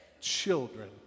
children